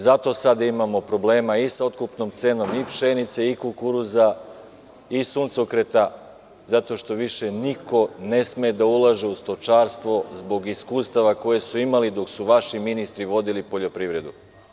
Zato sada imamo problema i sa otkupnom cenom, pšenice, kukuruza, suncokreta, zato što više niko ne sme da ulaže u stočarstvo, zbog iskustava koja su imali dok su vaši ministri vodili poljoprivredu.